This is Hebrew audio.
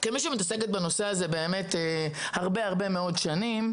כמי שמתעסקת בנושא הזה הרבה שנים,